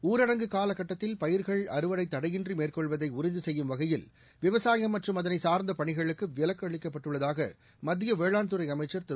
ஊரடங்கு காலக்கட்டத்தில் பயிா்கள் அறுவடை தடையின்றி மேற்கொள்வதை உறுதி செய்யும் வகையில் விவசாயம் மற்றும் அதனை சார்ந்த பணிகளுக்கு விலக்கு அளிக்கப்பட்டுள்ளதாக மத்திய வேளாண் துறை அமைச்சா் திரு